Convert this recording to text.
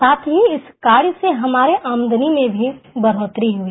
साथ ही इस कार्य से हमारी आमदनी में भी बढ़ोतरी हुई